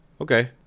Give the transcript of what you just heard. Okay